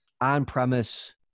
on-premise